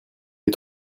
les